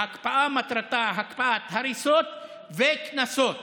ההקפאה מטרתה הקפאת הריסות וקנסות.